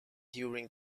during